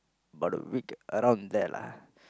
about a week around there lah